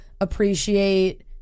appreciate